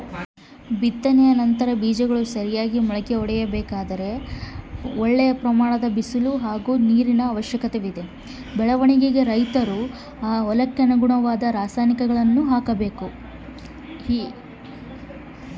ಬಿತ್ತನೆಯ ನಂತರ ಬೇಜಗಳು ಸರಿಯಾಗಿ ಮೊಳಕೆ ಒಡಿಬೇಕಾದರೆ ಮತ್ತು ಒಳ್ಳೆಯ ಬೆಳವಣಿಗೆಗೆ ರೈತರು ಏನೇನು ಕ್ರಮ ತಗೋಬೇಕು?